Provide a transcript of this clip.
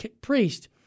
priest